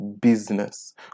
business